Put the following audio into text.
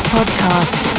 Podcast